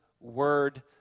word